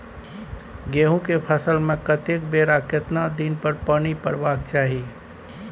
गेहूं के फसल मे कतेक बेर आ केतना दिन पर पानी परबाक चाही?